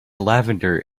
lavender